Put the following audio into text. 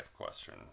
Question